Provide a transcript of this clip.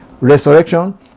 resurrection